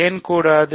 ஏன் கூடாது